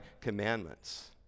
commandments